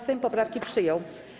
Sejm poprawki przyjął.